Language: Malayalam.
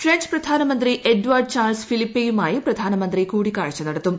ഫ്രഞ്ച് പ്രധാനമന്ത്രി എഡാർഡ് ചാൾസ് ഫിലിപ്പെയുമായി പ്രധാനമന്ത്രി കൂടിക്കാഴ്ച നടത്തും